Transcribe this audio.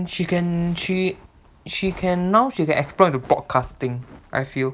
she can she she can now she can explore into podcasting I feel